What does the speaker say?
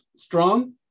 Strong